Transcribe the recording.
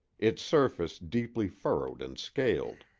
its surface deeply furrowed and scaled.